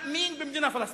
מאמין במדינה פלסטינית?